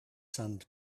sand